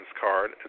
card